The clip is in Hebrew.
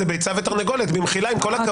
זה ביצה ותרנגולת, במחילה, עם כל הכבוד.